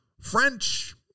French